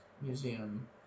Museum